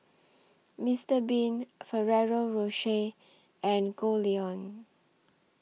Mister Bean Ferrero Rocher and Goldlion